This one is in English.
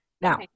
now